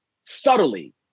subtly